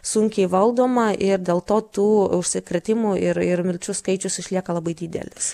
sunkiai valdoma ir dėl to tų užsikrėtimų ir ir mirčių skaičius išlieka labai didelis